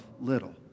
little